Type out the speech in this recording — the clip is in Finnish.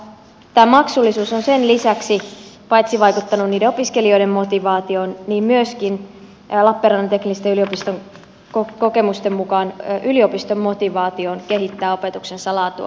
tämä maksullisuus on vaikuttanut paitsi niiden opiskelijoiden motivaatioon myöskin lappeenrannan teknillisen yliopiston kokemusten mukaan yliopiston motivaatioon kehittää opetuksensa laatua